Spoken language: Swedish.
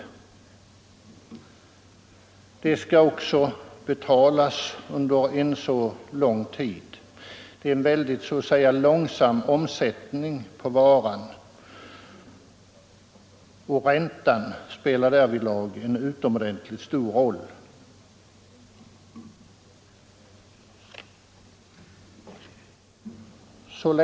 Huset skall också betalas under en mycket lång tid — det är så att säga en långsam omsättning på varan. Räntan spelar därför en mycket stor roll.